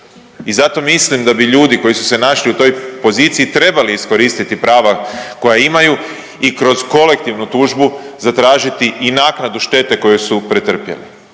i zato mislim da bi ljudi koji su se našli u toj poziciji trebali iskoristiti prava koja imaju i kroz kolektivnu tužbu zatražiti i naknadu štete koju su pretrpjeli.